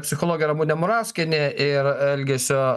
psichologė ramunė murauskienė ir elgesio